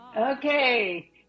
Okay